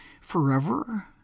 forever